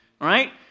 Right